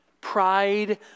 pride